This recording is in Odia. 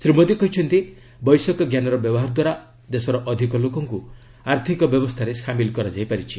ଶ୍ରୀ ମୋଦୀ କହିଛନ୍ତି ବୈଷୟିକଜ୍ଞାନର ବ୍ୟବହାର ଦ୍ୱାରା ଦେଶର ଅଧିକ ଲୋକଙ୍କୁ ଆର୍ଥିକ ବ୍ୟବସ୍କାରେ ସାମିଲ କରାଯାଇ ପାରିଛି